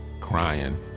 crying